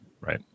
right